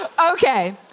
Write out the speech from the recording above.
Okay